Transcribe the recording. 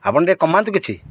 ଆପଣ ଟିକିଏ କମାନ୍ତୁ କିଛି